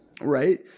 Right